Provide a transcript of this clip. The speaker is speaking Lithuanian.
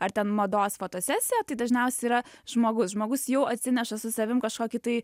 ar ten mados fotosesija tai dažniausia yra žmogus žmogus jau atsineša su savim kažkokį tai